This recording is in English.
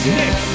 nick